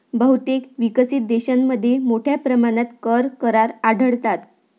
बहुतेक विकसित देशांमध्ये मोठ्या प्रमाणात कर करार आढळतात